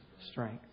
Strength